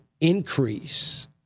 increase